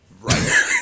Right